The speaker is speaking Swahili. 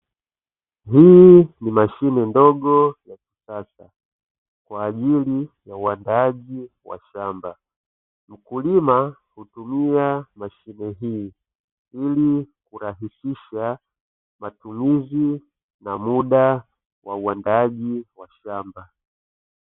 Hii ni mashine ndogo ya kisasa, kwa ajili ya uandaaji wa shamba. Mkulima hutumia mashine hii, ili kurahisisha matumizi na muda wa uandaaji wa shamba.